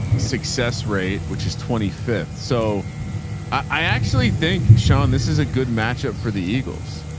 success rate, which is twenty fifth. so i actually think sean, this is a good matchup for the eagles.